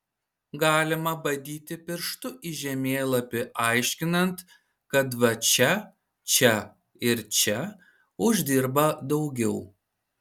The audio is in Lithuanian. galima badyti pirštu į žemėlapį aiškinant kad va čia čia ir čia uždirba daugiau